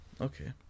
Okay